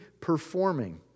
performing